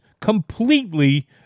completely